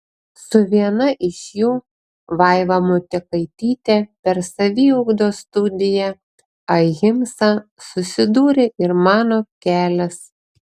su viena iš jų vaiva motiekaityte per saviugdos studiją ahimsa susidūrė ir mano kelias